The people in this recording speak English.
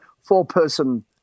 four-person